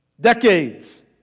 Decades